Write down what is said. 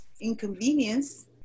inconvenience